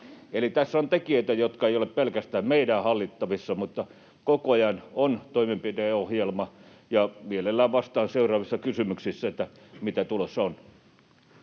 Eli tässä on tekijöitä, jotka eivät ole pelkästään meidän hallittavissamme, mutta koko ajan on toimenpideohjelma, ja mielelläni vastaan seuraavissa kysymyksissä, mitä tulossa on.